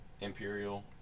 imperial